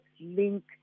link